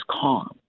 calm